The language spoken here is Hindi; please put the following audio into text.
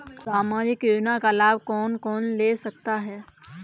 सामाजिक योजना का लाभ कौन कौन ले सकता है?